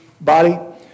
body